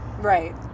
Right